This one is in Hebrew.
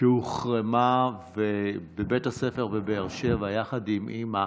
שהוחרמה בבית הספר בבאר שבע, יחד עם אימה.